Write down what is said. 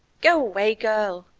go away, girl,